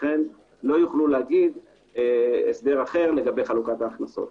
לכן לא יוכלו להגיד הסדר אחר לגבי חלוקת ההכנסות.